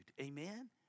amen